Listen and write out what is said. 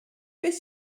beth